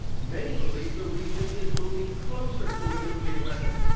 many believe the region is moving closer to a nuclear weapon,